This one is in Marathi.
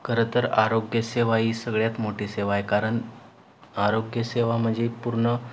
खरं तर आरोग्यसेवा ही सगळ्यात मोठी सेवा आहे कारण आरोग्यसेवा म्हणजे पूर्ण